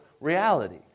reality